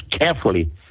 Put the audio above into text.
carefully